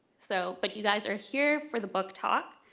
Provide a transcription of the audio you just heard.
so but you guys are here for the book talk.